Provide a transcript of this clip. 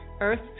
Earth